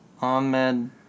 Ahmed